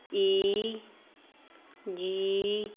E G